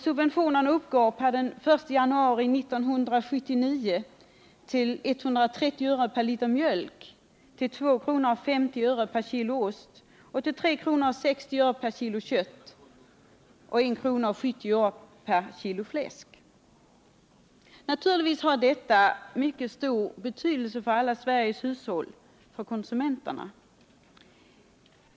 Subventionerna uppgår per den 1 januari 1979 till 1:30 per liter mjölk, 2:50 per kilo ost, 3:60 per kilo kött och 1:70 per kilo fläsk. Naturligtvis har detta stor betydelse för alla Sveriges hushåll, för konsumenterna.